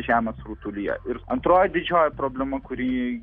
žemės rutulyje ir antroji didžioji problema kuri